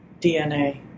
DNA